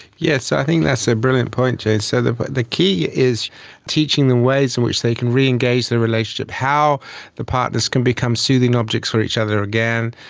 yes, i think that's a brilliant point, james, so the but the key is teaching them ways in which they can reengage their relationship, how the partners can become soothing objects for each other again,